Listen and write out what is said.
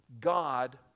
God